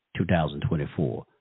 2024